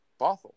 Bothell